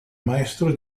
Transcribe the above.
maestro